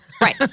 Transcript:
Right